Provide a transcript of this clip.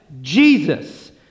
Jesus